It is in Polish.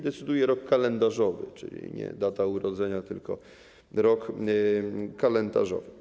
Decyduje rok kalendarzowy, czyli nie data urodzenia, tylko rok kalendarzowy.